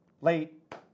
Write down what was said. late